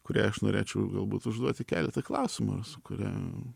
kuriai aš norėčiau galbūt užduoti keletą klausimų ir su kuria